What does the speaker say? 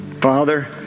Father